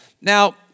Now